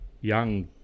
young